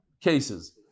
cases